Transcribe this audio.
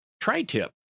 tri-tip